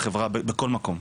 בכל מקום,